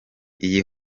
iyi